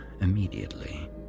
immediately